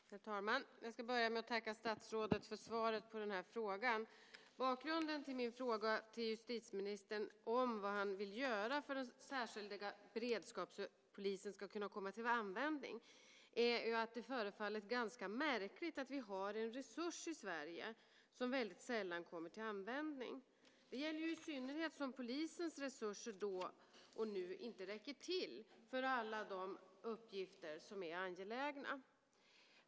Herr talman! Jag vill börja med att tacka statsrådet för svaret på frågan. Bakgrunden till min fråga vad justitieministern avser att göra för att den särskilda beredskapspolisen ska kunna komma till användning är att det förefaller ganska märkligt att vi har en resurs i Sverige som väldigt sällan kommer till användning. Det gäller i synnerhet som polisens resurser då och nu inte räcker till för alla de uppgifter som är angelägna.